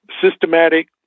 systematic